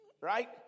Right